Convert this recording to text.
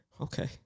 Okay